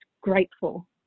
grateful